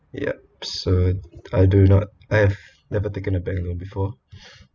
yup so I do not have never taken a bank loan before